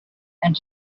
and